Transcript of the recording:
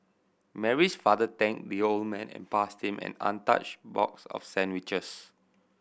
Mary's father thanked the old man and passed him an untouched box of sandwiches